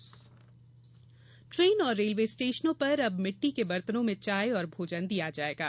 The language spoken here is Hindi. प्लास्टिकमुक्त रेल ट्रेन और रेलवे स्टेशनों पर अब मिट्टी के बर्तनों में चाय और भोजन दिया जायेगा